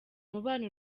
umubano